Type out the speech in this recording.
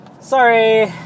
sorry